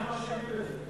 אנחנו אשמים בזה.